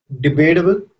debatable